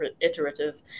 iterative